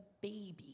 baby